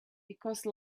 because